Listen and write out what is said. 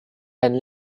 and